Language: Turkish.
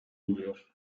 buluyor